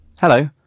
hello